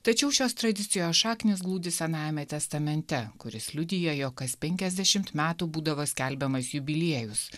tačiau šios tradicijos šaknys glūdi senajame testamente kuris liudija jog as penkiasdešimt metų būdavo skelbiamas jubiliejus